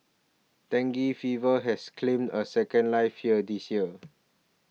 dengue fever has claimed a second life here this year